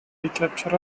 recapture